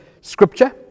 scripture